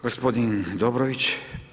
Gospodin Dobrović.